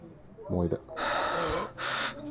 ꯃꯣꯏꯗ